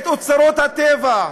את אוצרות הטבע.